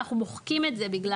אנחנו מוחקים את זה בגלל,